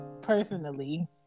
personally